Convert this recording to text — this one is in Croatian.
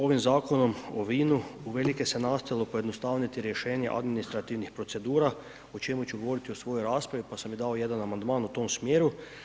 Ovim Zakonom o vinu, uvelike se nastojalo pojednostavniti rješenje administrativnih procedura o čemu ću govoriti u svojoj raspravi, pa sam i dao jedan amandman u tom smjeru.